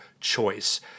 choice